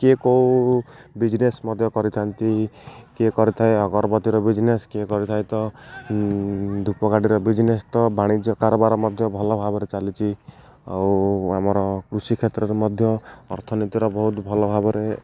କିଏ କେଉଁ ବିଜନେସ୍ ମଧ୍ୟ କରିଥାନ୍ତି କିଏ କରିଥାଏ ଅଗରବତୀର ବିଜନେସ୍ କିଏ କରିଥାଏ ତ ଧୂପକାଠିର ବିଜନେସ୍ ତ ବାଣିଜ୍ୟ କାରବାର ମଧ୍ୟ ଭଲ ଭାବରେ ଚାଲିଛି ଆଉ ଆମର କୃଷି କ୍ଷେତ୍ରରେ ମଧ୍ୟ ଅର୍ଥନୀତିର ବହୁତ ଭଲ ଭାବରେ